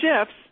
shifts